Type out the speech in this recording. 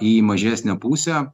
į mažesnę pusę